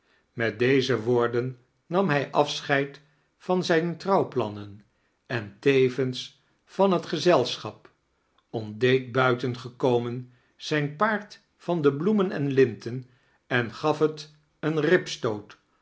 met deze woordem nam hij afschedd van zijne trouwplanmem en tevens van het gezelschap ontdeed buiten gekomen zijn paard van de bloemen em linten en gaf het een